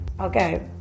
Okay